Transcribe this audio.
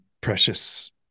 precious